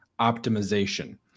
optimization